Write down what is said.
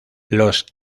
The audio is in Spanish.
los